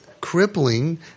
crippling